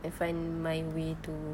I find my way to